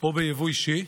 או ביבוא אישי,